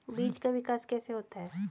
बीज का विकास कैसे होता है?